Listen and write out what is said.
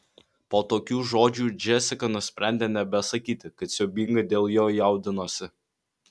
po tokių žodžių džesika nusprendė nebesakyti kad siaubingai dėl jo jaudinosi